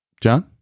John